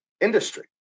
industry